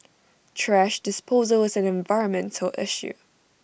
thrash disposal is an environmental issue